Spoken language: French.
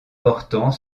portant